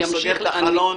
אני סוגר חלון